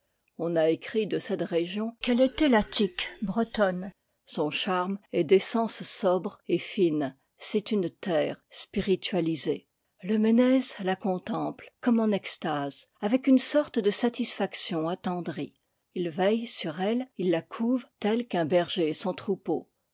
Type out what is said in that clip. on a ecrit de cette région qu'elle était l'attique bretonne son charme est d'essence sobre et fine c'est une terre spiritualisée le ménez la contemple comme en extase avec une sorte de satisfaction attendrie il veille sur elle il la couvé tel qu'un berger son troupeau